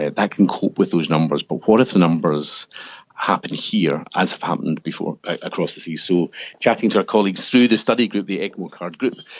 and that can cope with those numbers, but what if the numbers happen here as have happened across the seas? so chatting to our colleagues through the study group, the ecmocard group,